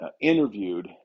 interviewed